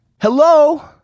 Hello